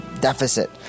deficit